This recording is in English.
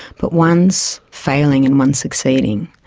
but one's failing and one's succeeding.